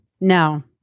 no